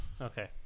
Okay